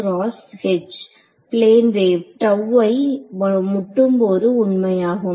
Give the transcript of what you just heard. plane wave ஐ முட்டும் போது உண்மையாகும்